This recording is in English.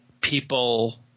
people